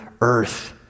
earth